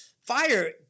fire